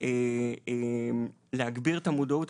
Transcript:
כימים להגביר את המודעות.